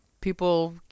people